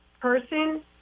person